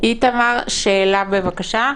איתמר, שאלה, בבקשה: